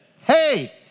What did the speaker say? Hey